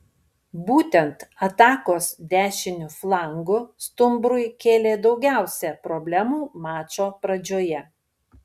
būtent atakos dešiniu flangu stumbrui kėlė daugiausiai problemų mačo pradžioje